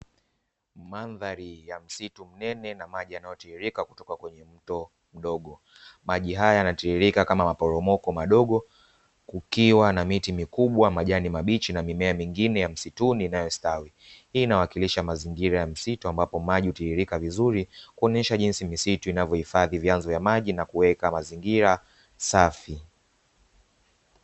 Mandhari ya msitu mnene na maji yanayotiririka kutoka kwenye mto mdogo, maji haya yanatiririka kama maporomoko madogo, kukiwa na miti kikubwa, majani mabichi na mimea mingine ya msituni inayostawi, hii inawakilisha mazingira ya msitu ambapo maji hutiririka vizuri, kuonyesha jinsi misitu inavyohifadhi vyanzo vya maji na kuweka mazingira safi.